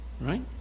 right